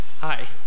Hi